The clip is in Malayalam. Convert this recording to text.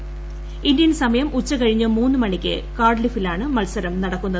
്ജന്ത്യ്ൻ സമയം ഉച്ച കഴിഞ്ഞ് മൂന്ന് മണിക്ക് കാർഡിഫിലാണ് മത്സൂർ ആർംഭിക്കുന്നത്